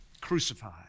crucified